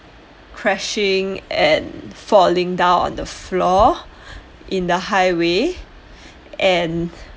crashing and falling downing on the floor in the highway and